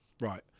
Right